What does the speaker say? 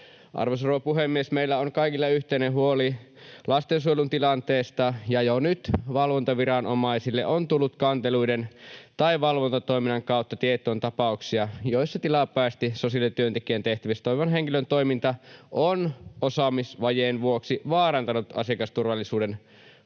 Arvoisa rouva puhemies! Meillä on kaikilla yhteinen huoli lastensuojelun tilanteesta, ja jo nyt valvontaviranomaisille on tullut kanteluiden tai valvontatoiminnan kautta tietoon tapauksia, joissa tilapäisesti sosiaalityöntekijän tehtävissä toimivan henkilön toiminta on osaamisvajeen vuoksi vaarantanut asiakasturvallisuuden, palvelujen